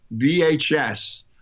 VHS